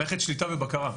מערכת שליטה ובקרה.